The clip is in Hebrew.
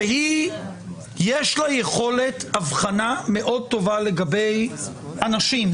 שיש לה יכולת הבחנה מאוד טובה לגבי אנשים,